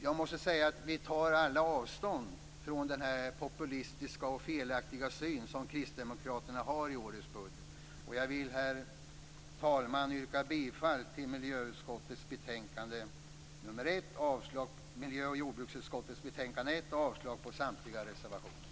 Jag måste säga att vi alla tar avstånd från den populistiska och felaktiga syn som Kristdemokraterna har i årets budget. Jag vill, herr talman, yrka bifall till hemställan i miljö och jordbruksutskottets betänkande 1 och avslag på samtliga reservationer.